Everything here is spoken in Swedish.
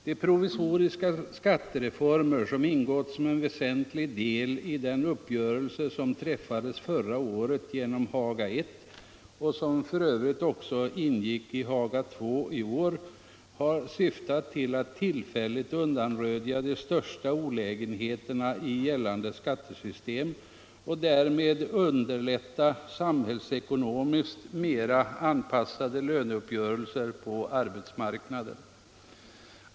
De provisoriska skattereformer som var en väsentlig del i den uppgörelse som träffades förra året genom Haga I och som övrigt också ingick i Haga II i år har syftat till att tillfälligt undanröja de största olägenheterna i gällande skattesystem och därmed underlätta samhällsekonomiskt mera anpassade löneuppgörelser på arbetsmarknaden.